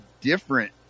different